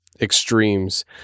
extremes